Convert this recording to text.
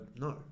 no